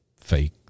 fake